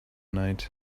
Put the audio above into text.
night